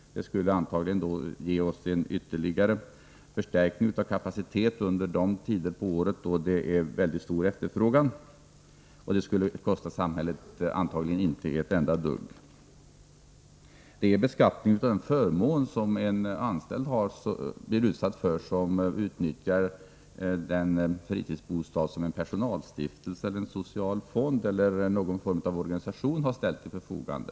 Det skulle antagligen ge oss en ytterligare förstärkning av kapaciteten under de tider på året då efterfrågan är särskilt stor. Det skulle förmodligen inte kosta samhället något alls. Vidare tar vi upp beskattningen av den förmån till en anställd som består i rätten att utnyttja den fritidsbostad som en personalstiftelse, en social fond eller någon form av organisation har ställt till förfogande.